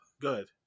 Good